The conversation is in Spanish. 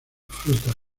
frutas